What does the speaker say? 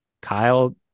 Kyle